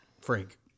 Frank